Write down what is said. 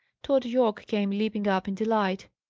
tod yorke came leaping up in delight.